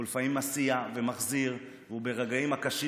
והוא לפעמים מסיע ומחזיר; הוא ברגעים הקשים